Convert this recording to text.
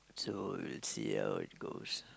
so you'll see how it goes